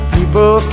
People